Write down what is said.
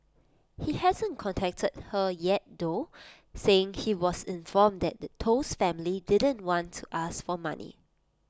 he hasn't contacted her yet though saying he was informed that Toh's family didn't want to ask for money